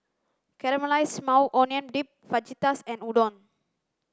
Caramelized Maui Onion Dip Fajitas and Udon